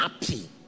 happy